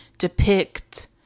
depict